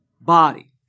body